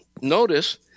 notice